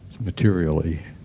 materially